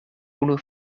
unu